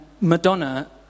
Madonna